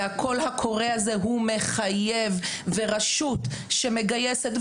והקול הקורא הזה הוא מחייב ורשות שמגייסת,